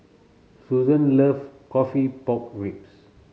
Susan love coffee pork ribs